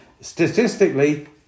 statistically